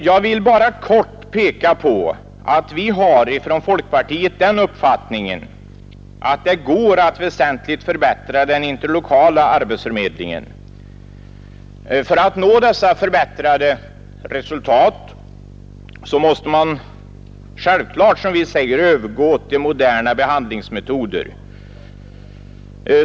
Jag vill bara kort peka på att vi inom folkpartiet har den uppfattningen att det går att väsentligt förbättra den interlokala arbetsförmedlingen. För att nå dessa förbättrade resultat måste man självfallet, som vi säger, övergå till moderna behandlingsmetoder.